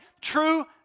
True